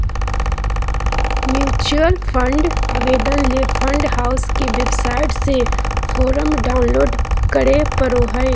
mutual fund आवेदन ले fund house के वेबसाइट से फोरम डाऊनलोड करें परो हय